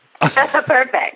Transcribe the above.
perfect